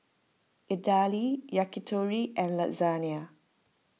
Idili Yakitori and Lasagne